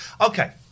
Okay